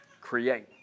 create